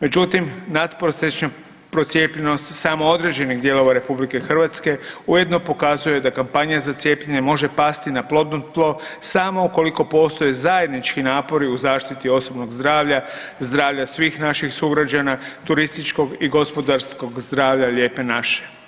međutim natprosječna procijepljenost samo određenih dijelova RH ujedno pokazuje da kampanja za cijepljenje može pasti na plodno tlo samo ukoliko postoje zajednički napori i zaštiti osobnog zdravlja, zdravlja svih naših sugrađana, turističkog i gospodarskog zdravlja Lijepe naše.